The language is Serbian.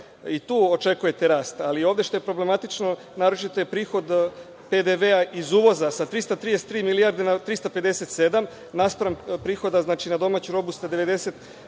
I tu očekujete rast. Ali, ovde što je problematično naročito je prihod PDV-a iz uvoza sa 333 milijarde na 357, naspram prihoda na domaću robu sa 90